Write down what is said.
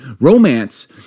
Romance